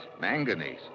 Manganese